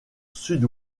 sud